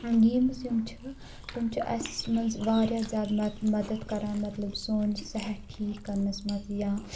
games یم چھِ تِم چھِ اسہِ منٛز واریاہ زِیادٕ مَدد کَران مطلب سون صحت ٹھیٖک کَرنَس منٛز یا